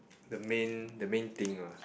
the main the main thing lah